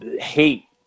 hate